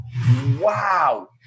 wow